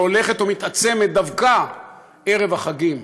שהולכת ומתעצמת דווקא ערב החגים.